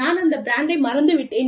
நான் அந்த பிராண்டை மறந்துவிட்டேன்